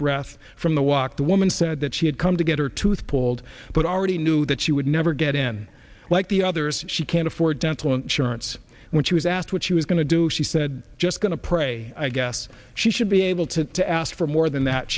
breath from the walk the woman said that she had come to get her tooth pulled but already knew that she would never get in like the others she can't afford dental insurance when she was asked what she was going to do she said just going to pray i guess she should be able to to ask for more than that